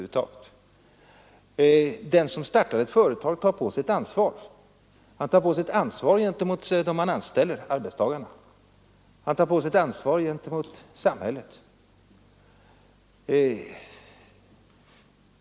Den som startar ett företag tar på sig ett ansvar mot arbetstagarna och mot samhället.